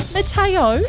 Mateo